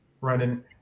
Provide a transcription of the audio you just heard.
running